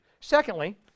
Secondly